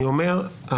אני אומר,